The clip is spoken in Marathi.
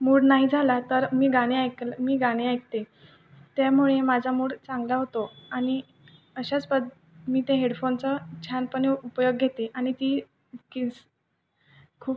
मूड नाही झाला तर मी गाणे ऐकल मी गाणे ऐकते त्यामुळे माझा मूड चांगला होतो आणि अशाच पद मी ते हेडफोनचा छानपणे उपयोग घेते आणि ती किस खूप